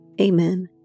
Amen